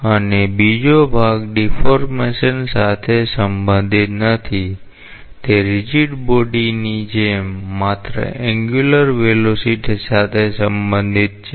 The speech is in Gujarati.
અને બીજો ભાગ ડીફૉર્મેશન સાથે સંબંધિત નથી તે રીજીડ બોડીની જેમ માત્ર એન્ગ્યુલર વેલોસીટી સાથે સંબંધિત છે